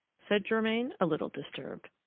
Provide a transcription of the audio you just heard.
said germain, a little disturbed.